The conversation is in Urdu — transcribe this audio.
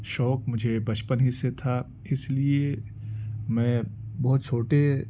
شوق مجھے بچپن ہی سے تھا اس لیے میں بہت چھوٹے